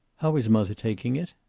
how is mother taking it?